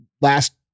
last